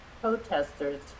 protesters